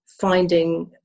finding